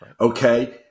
Okay